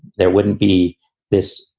there wouldn't be this,